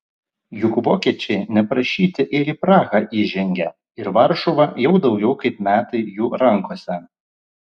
juk vokiečiai neprašyti ir į prahą įžengė ir varšuva jau daugiau kaip metai jų rankose